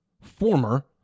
former